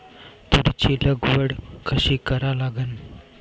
तुरीची लागवड कशी करा लागन?